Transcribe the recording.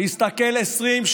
להסתכל 20,